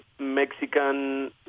Mexican